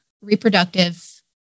reproductive